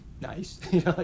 Nice